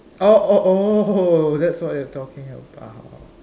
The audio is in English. oh that is what you are talking about